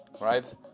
right